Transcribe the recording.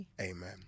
Amen